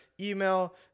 email